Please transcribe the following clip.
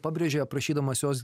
pabrėžei aprašydamas jos